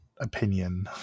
opinion